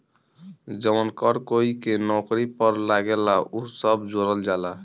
जवन कर कोई के नौकरी पर लागेला उ सब जोड़ल जाला